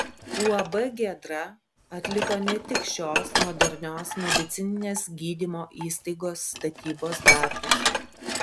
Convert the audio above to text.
uab giedra atliko ne tik šios modernios medicininės gydymo įstaigos statybos darbus